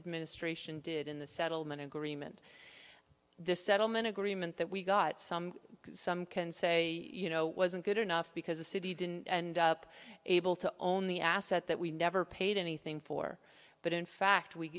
administration did in the settlement agreement this settlement agreement that we got some some can say you know wasn't good enough because the city didn't end up able to only asset that we never paid anything for but in fact we